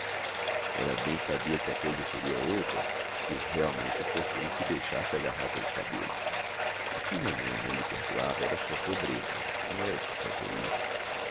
ela bem sabia que a coisa seria outra se realmente a fortuna se deixasse agarrar pelos cabelos o que nhanhã não lhe perdoava era a sua pobreza não era o seu caiporismo